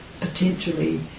potentially